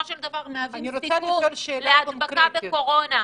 של דבר מהווים סיכון להדבקה בקורונה,